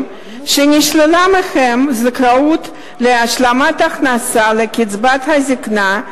שנשללה מהם הזכאות להשלמת הכנסה לקצבת הזיקנה,